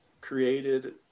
created